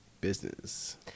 business